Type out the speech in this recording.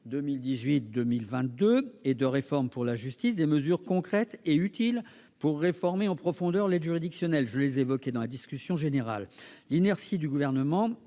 2018-2022 et de réforme pour la justice des mesures concrètes et utiles pour réformer en profondeur l'aide juridictionnelle. J'y ai fait référence dans la discussion générale. L'inertie du Gouvernement